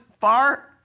far